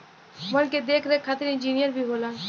वन के देख रेख खातिर इंजिनियर भी होलन